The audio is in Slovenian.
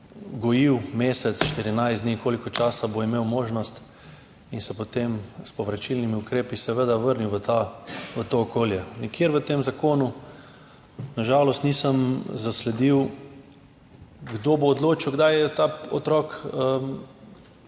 gojil mesec, 14 dni, kolikor časa bo imel možnost, in se potem s povračilnimi ukrepi seveda vrnil v to okolje. Nikjer v tem zakonu na žalost nisem zasledil, kdo bo odločil, kdaj je ta otrok